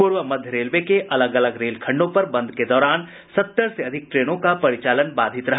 पूर्व मध्य रेलवे के अलग अलग रेलखंडों पर बंद के दौरान सत्तर से अधिक ट्रेनों का परिचालन बाधित किया